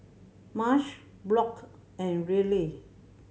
Marsh Brock and Riley